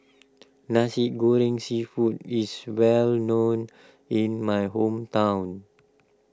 Nasi Goreng Seafood is well known in my hometown